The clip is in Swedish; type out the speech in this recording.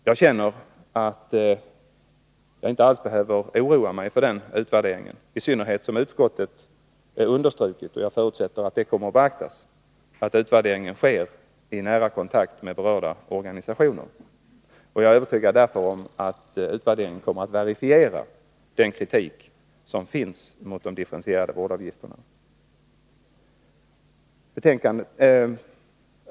Jag känner att jag inte alls behöver oroa mig för den utvärderingen, i synnerhet som utskottet har understrukit — och jag förutsätter att detta kommer att beaktas — att utvärderingen skall ske i nära kontakt med berörda organisationer. Jag är därför övertygad om att utvärderingen kommer att verifiera den kritik som finns mot de differentierade vårdavgifterna.